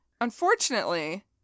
Unfortunately